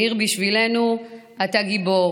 מאיר, בשבילנו אתה גיבור.